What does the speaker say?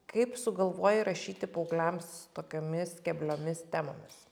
kaip sugalvojai rašyti paaugliams tokiomis kebliomis temomis